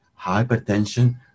hypertension